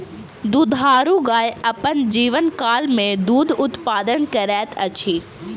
दुधारू गाय अपन जीवनकाल मे दूध उत्पादन करैत अछि